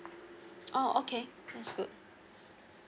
oh okay that's good